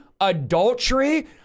adultery